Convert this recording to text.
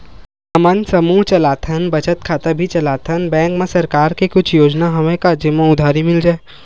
हमन समूह चलाथन बचत खाता भी चलाथन बैंक मा सरकार के कुछ योजना हवय का जेमा उधारी मिल जाय?